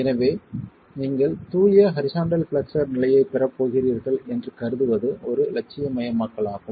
எனவே நீங்கள் தூய ஹரிசாண்டல் பிளெக்ஸ்ஸர் நிலையைப் பெறப் போகிறீர்கள் என்று கருதுவது ஒரு இலட்சியமயமாக்கலாகும்